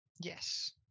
yes